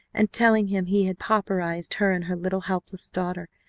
and telling him he had pauperized her and her little helpless daughter.